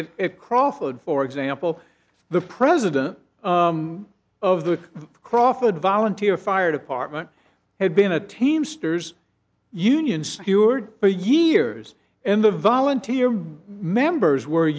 n crawford for example the president of the crawford volunteer fire department had been a teamsters union steward for years and the volunteer members were